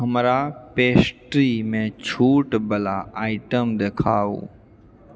हमरा पेस्ट्री मे छूट बला आइटम देखाउ